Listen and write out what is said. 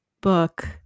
book